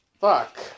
Fuck